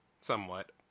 somewhat